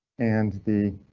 and the.